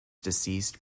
deceased